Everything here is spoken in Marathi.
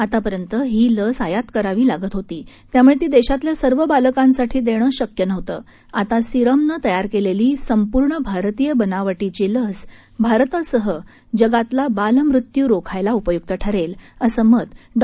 आतापर्यंत ही लस आयात करावी लागत असल्यामुळे ती देशातल्या सर्व बालकांसाठी देणं शक्य नव्हतं आता सीरमनं तयार केलेली संपूर्ण भारतीय बनावटीची लस भारतासह जगातला बालमृत्यू रोखायला उपयुक्त ठरेल असं मत डॉ